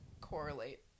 Correlate